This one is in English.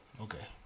okay